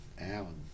Alan